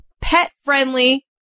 Pet-friendly